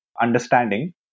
understanding